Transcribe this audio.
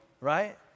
right